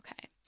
okay